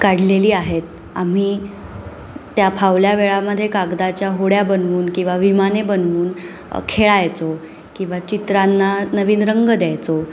काढलेली आहेत आम्ही त्या फावल्या वेळामध्ये कागदाच्या होड्या बनवून किंवा विमाने बनवून खेळायचो किंवा चित्रांना नवीन रंग द्यायचो